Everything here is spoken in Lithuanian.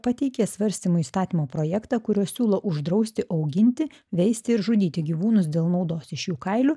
pateikė svarstymui įstatymo projektą kuriuo siūlo uždrausti auginti veisti ir žudyti gyvūnus dėl naudos iš jų kailių